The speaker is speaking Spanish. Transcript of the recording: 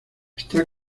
está